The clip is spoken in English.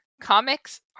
comics